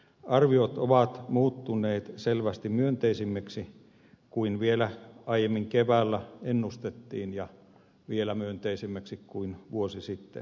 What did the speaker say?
arviot ovat muuttuneet selvästi myönteisemmiksi kuin vielä aiemmin keväällä ennustettiin ja vielä myönteisemmiksi kuin vuosi sitten